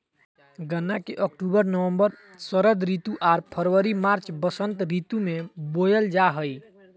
गन्ना के अक्टूबर नवम्बर षरद ऋतु आर फरवरी मार्च बसंत ऋतु में बोयल जा हइ